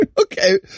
Okay